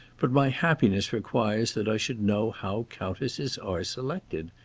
but my happiness requires that i should know how countesses are selected.